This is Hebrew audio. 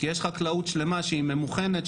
יש חקלאות שלמה שהיא ממוכנת,